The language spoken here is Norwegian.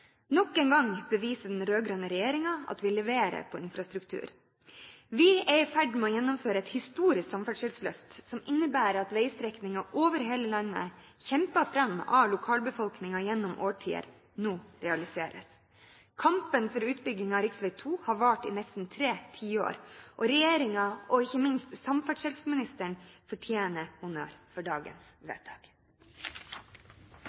Nok en gang beviser den rød-grønne regjeringen at vi leverer på infrastruktur. Vi er i ferd med å gjennomføre et historisk samferdselsløft som innebærer at veistrekninger over hele landet, kjempet fram av lokalbefolkningen gjennom mange år, nå realiseres. Kampen for utbyggingen av rv. 2 har vart i nesten tre tiår, og regjeringen og ikke minst samferdselsministeren fortjener honnør for dagens